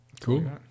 cool